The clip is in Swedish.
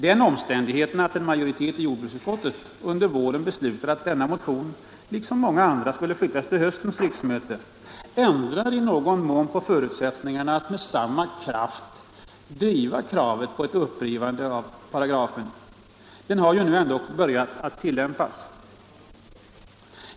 Den omständigheten att en majoritet i jordbruksutskottet under våren beslutade att denna motion, liksom många andra, skulle flyttas till höstens riksmöte, ändrar i någon mån på förutsättningarna för att med samma kraft driva kravet på ett upprivande av paragrafen. Den hade ju nu ändock börjat tillämpas.